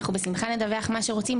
אנחנו בשמחה נדווח מה שרוצים,